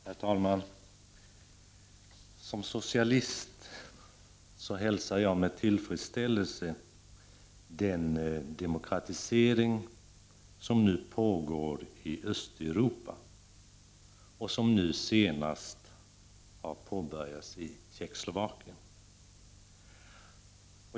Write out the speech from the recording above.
Herr talman! Som socialist hälsar jag med tillfredsställelse den demokratisering som nu pågår i Östeuropa, och som nu senast har påbörjats i Tjeckoslovakien.